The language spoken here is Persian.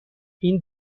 این